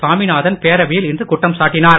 சாமிநாதன் பேரவையில் இன்று குற்றம் சாட்டினார்